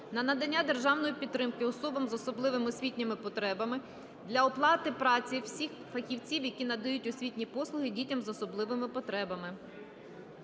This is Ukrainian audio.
на надання державної підтримки особам з особливими освітніми потребами для оплати праці всіх фахівців, які надають освітні послуги дітям з особливими потребами.